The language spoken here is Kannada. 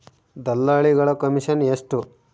ದಲ್ಲಾಳಿಗಳ ಕಮಿಷನ್ ಎಷ್ಟು?